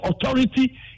authority